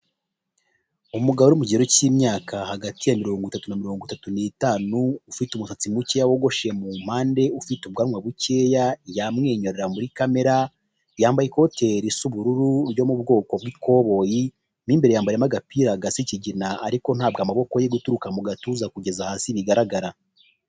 Umugabo uri mu cyigero cy' imyaka hagati ya mirongitatu na mirongitatu n' itanu, ufite umusatsi mucye wogoshe mu mande, ufite ubwanwa bucyeya yamwenyuye areba muri camera. Yambaye ikote risa ubururu ry' mu bwoko bw' ikoboyi, mu imbere yambariyemo agapira gasa ikigina ariko ntago amaboko ye guturuka mu gatuza kugeza hasi agaragara.